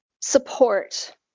support